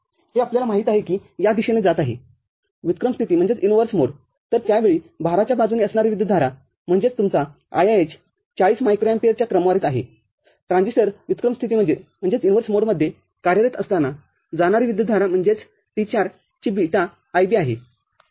हे आपल्याला माहित आहे की ही या दिशेने जात आहे व्युत्क्रम स्थिती तरत्यावेळी भाराच्या बाजूने असणारी विद्युतधारा म्हणजेच तुमचा IIH ४० मायक्रो एम्पियरच्या क्रमवारीत आहे ट्रान्झिस्टरव्युत्क्रम स्थितीमध्ये कार्यरत असताना जाणारी विद्युतधारा म्हणजेच T४ ची बीटा IB आहेठीक आहे